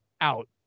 out